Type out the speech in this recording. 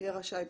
יהיה רשאי,